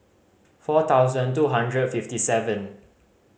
four thousand two hundred fifty seven